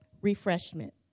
refreshment